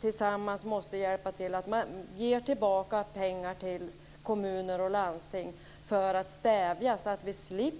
Tillsammans måste vi hjälpas åt med att ge pengar till kommuner och landsting för att förebygga att vi